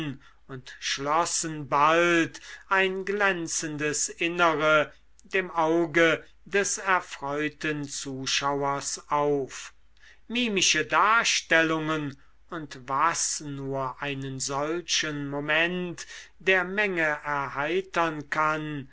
und schlossen bald ein glänzendes innere dem auge des erfreuten zuschauers auf mimische darstellungen und was nur einen solchen moment der menge erheitern kann